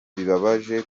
bibabaje